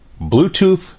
Bluetooth